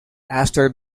after